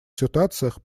ситуациях